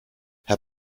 herr